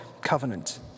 covenant